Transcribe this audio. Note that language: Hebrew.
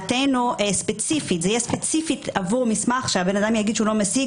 לדעתנו זה יהיה ספציפית עבור מסמך שהבן אדם יגיד שהוא לא יכול להשיג